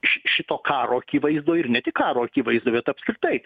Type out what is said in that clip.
ši šito karo akivaizdoj ir ne tik karo akivaizdoj bet apskritai